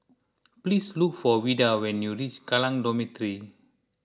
please look for Vida when you reach Kallang Dormitory